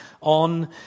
on